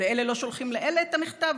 אלה לא שולחים לאלה את המכתב,